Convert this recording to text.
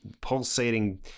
pulsating